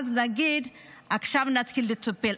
ואז נגיד: עכשיו נתחיל לטפל.